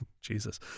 Jesus